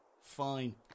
Fine